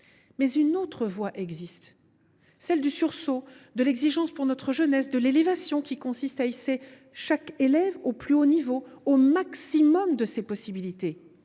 Une autre voie existe : celle du sursaut, de l’exigence pour notre jeunesse, de l’élévation, qui consiste à hisser chaque élève au plus haut niveau, au maximum de ses possibilités.